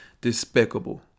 Despicable